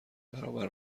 برابر